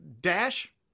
Dash